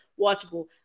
watchable